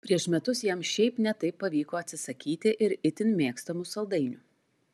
prieš metus jam šiaip ne taip pavyko atsisakyti ir itin mėgstamų saldainių